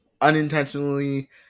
unintentionally